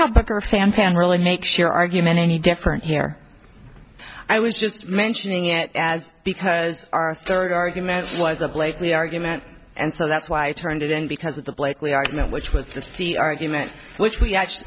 can really make sure argument any different here i was just mentioning it as because our third argument was a blakely argument and so that's why i turned it in because of the blakely argument which was just to be arguments which we actually